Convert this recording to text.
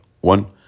One